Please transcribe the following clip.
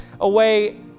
away